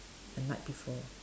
a night before